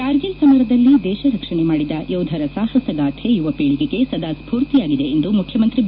ಕಾರ್ಗಿಲ್ ಸಮರದಲ್ಲಿ ದೇಶ ರಕ್ಷಣೆ ಮಾಡಿದ ಯೋಧರ ಸಾಹಸಗಾಥೆ ಯುವಪೀಳಿಗೆಗೆ ಸದಾ ಸ್ಪೂರ್ತಿಯಾಗಿದೆ ಎಂದು ಮುಖ್ಯಮಂತ್ರಿ ಬಿ